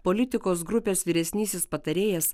politikos grupės vyresnysis patarėjas